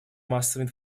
массовой